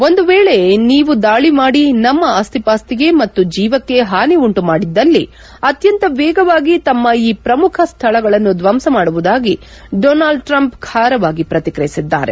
ಒಂದು ವೇಳೆ ನೀವು ದಾಳಿ ಮಾಡಿ ನಮ್ಮ ಆಸ್ತಿಪಾಸ್ತಿಗೆ ಮತ್ತು ಜೀವಕ್ಕೆ ಹಾನಿ ಉಂಟು ಮಾಡಿದ್ದಲ್ಲಿ ಅತ್ಯಂತ ವೇಗವಾಗಿ ತಮ್ಮ ಈ ಪ್ರಮುಖ ಸ್ಥಳಗಳನ್ನು ಧ್ವಂಸ ಮಾಡುವುದಾಗಿ ಡೊನಾಲ್ಡ್ ಟ್ರಂಪ್ ಖಾರವಾಗಿ ಪ್ರತಿಕ್ರಿಯಿಸಿದ್ದಾರೆ